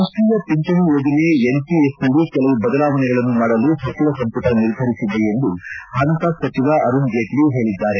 ರಾಷ್ಷೀಯ ಪಿಂಚಣಿ ಯೋಜನೆ ಎನ್ ಒಎಸ್ನಲ್ಲಿ ಕೆಲವು ಬದಲಾವಣೆಗಳನ್ನು ಮಾಡಲು ಸಚಿವ ಸಂಪುಟ ನಿರ್ಧರಿಸಿದೆ ಎಂದು ಪಣಕಾಸು ಸಚಿವ ಅರುಣ್ ಜೇಟ್ಲಿ ಇಂದು ಹೇಳಿದ್ದಾರೆ